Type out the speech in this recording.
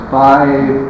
five